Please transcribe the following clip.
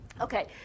Okay